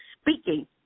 speaking